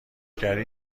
گری